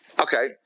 Okay